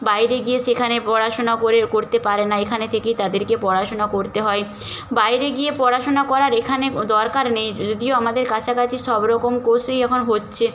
বাইরে গিয়ে সেখানে পড়াশোনা করে করতে পারে না এখানে থেকেই তাদেরকে পড়াশোনা করতে হয় বাইরে গিয়ে পড়াশোনা করার এখানে দরকার নেই যদিও আমাদের কাছাকাছি সব রকম কোর্সই এখন হচ্ছে